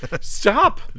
Stop